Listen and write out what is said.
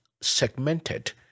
segmented